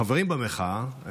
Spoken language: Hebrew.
החברים במחאה,